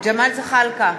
ג'מאל זחאלקה,